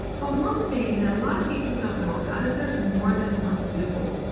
but one thing that a lot of people don't know about is there's more than one google,